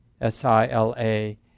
S-I-L-A